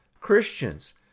Christians